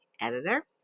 editor